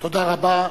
תודה רבה,